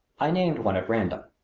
i named one at random.